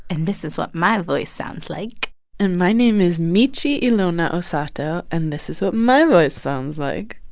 and this is what my voice sounds like and my name is michi ilona osato, and this is what my voice sounds like.